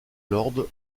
lord